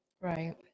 Right